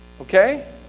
okay